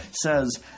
says